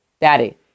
Daddy